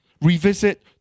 Revisit